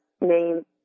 name